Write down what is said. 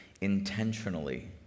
intentionally